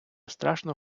страшно